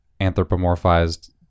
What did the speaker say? anthropomorphized